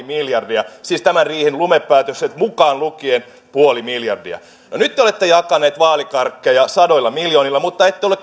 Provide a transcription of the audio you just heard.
miljardia siis tämän riihen lumepäätökset mukaan lukien puoli miljardia no nyt te olette jakaneet vaalikarkkeja sadoilla miljoonilla mutta ette ole